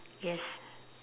yes